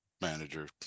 manager